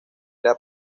era